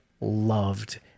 loved